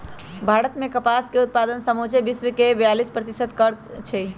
भारत मे कपास के उत्पादन समुचे विश्वके बेयालीस प्रतिशत करै छै